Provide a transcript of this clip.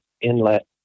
inlet